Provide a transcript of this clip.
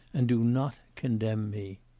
and do not condemn me.